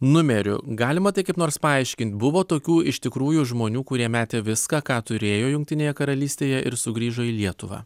numerių galima tai kaip nors paaiškint buvo tokių iš tikrųjų žmonių kurie metė viską ką turėjo jungtinėje karalystėje ir sugrįžo į lietuvą